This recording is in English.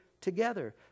together